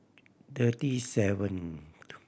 thirty seventh